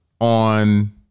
on